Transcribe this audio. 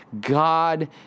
God